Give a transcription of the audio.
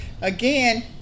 again